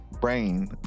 brain